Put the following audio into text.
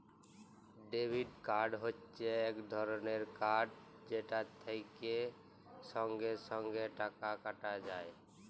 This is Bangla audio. ডেবিট কার্ড হচ্যে এক রকমের কার্ড যেটা থেক্যে সঙ্গে সঙ্গে টাকা কাটা যায়